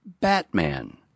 Batman